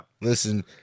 Listen